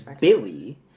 Billy